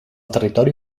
territori